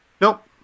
Nope